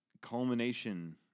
culmination